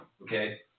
okay